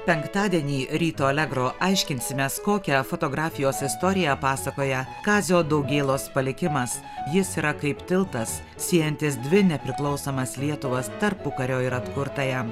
penktadienį ryto alegro aiškinsimės kokią fotografijos istoriją pasakoja kazio daugėlos palikimas jis yra kaip tiltas siejantis dvi nepriklausomas lietuvas tarpukario ir atkurtąją